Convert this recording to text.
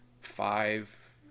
five